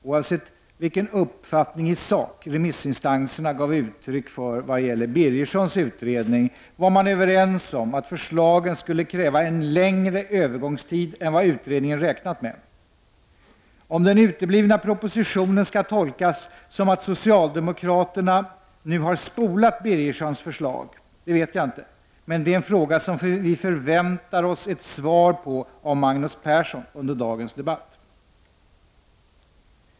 Oavsett vilken uppfattning i sak remissinstanserna gav uttryck för vad gäller Birgerssons utredning var man överens om att förslagen skulle kräva en längre övergångstid än vad utredningen räknat med. Om den uteblivna propositionen skall tolkas som att socialdemokraterna nu har spolat Birgerssons förslag vet jag inte, men det är en fråga som vi förväntar oss ett svar på av Magnus Persson under dagens debatt.